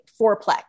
fourplex